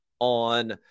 on